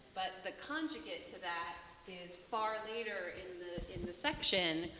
but the conjugate to that is far later in the in the section,